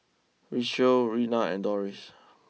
Richelle Rena and Doris